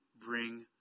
bring